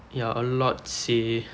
ya a lot seh